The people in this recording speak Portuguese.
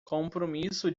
compromisso